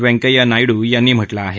व्यंकैय्या नायडू यांनी म्हटलं आहे